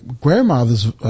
grandmother's